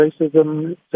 racism